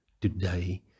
today